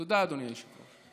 תודה, אדוני היושב-ראש.